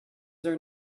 there